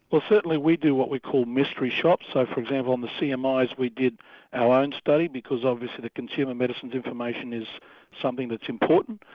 well certainly we do what we call mystery shots so for example on the cmis we did our own study, because obviously the consumer medicines information is something that's important.